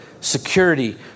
security